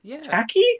tacky